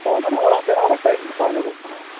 ᱦᱳᱭ ᱢᱟᱱᱮ ᱚᱲᱟᱜ ᱵᱮᱱᱟᱣ ᱨᱮ ᱴᱟᱭᱤᱢ ᱦᱟᱛᱟᱣ ᱧᱚᱜᱚᱜ ᱠᱟᱱᱟ